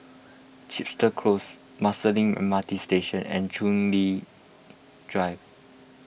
Chepstow Close Marsiling M R T Station and Soon Lee Drive